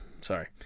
Sorry